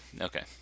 Okay